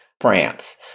France